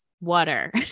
water